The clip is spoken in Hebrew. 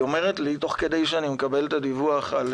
והיא אומר לי, תוך כדי שאני מקבל את הדיווח על